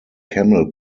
camel